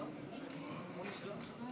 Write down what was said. אמרו לי שלוש.